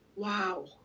Wow